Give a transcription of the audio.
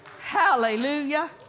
Hallelujah